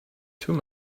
too